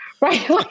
right